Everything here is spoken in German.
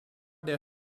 der